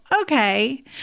okay